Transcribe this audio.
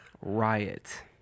Riot